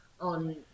on